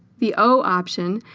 the o option,